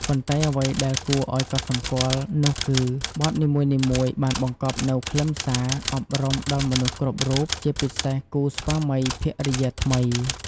ប៉ុន្តែអ្វីដែលគួរឱ្យកត់សម្គាល់នោះគឺ បទនីមួយៗបានបង្កប់នូវខ្លឹមសារ អប់រំដល់មនុស្សគ្រប់រូប ជាពិសេសគូស្វាមី ភរិយាថ្មី។